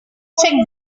check